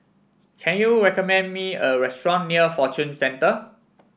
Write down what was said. can you recommend me a restaurant near Fortune Centre